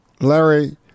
Larry